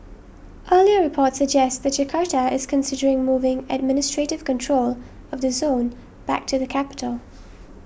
earlier reports suggest Jakarta is considering moving administrative control of the zone back to the capital